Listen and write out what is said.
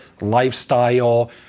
lifestyle